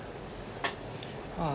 !wah!